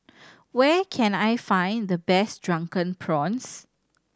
where can I find the best Drunken Prawns